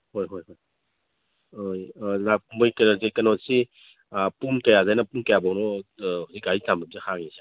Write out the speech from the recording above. ꯍꯣꯏ ꯍꯣꯏ ꯍꯣꯏ ꯃꯣꯏ ꯀꯩꯅꯣꯁꯦ ꯀꯩꯅꯣꯁꯤ ꯄꯨꯡ ꯀꯌꯥꯗꯩꯅ ꯄꯨꯡ ꯀꯌꯥꯐꯥꯎꯅꯣ ꯍꯧꯖꯤꯛ ꯒꯥꯔꯤ ꯆꯥꯝꯕꯁꯦ ꯍꯥꯡꯏꯁꯦ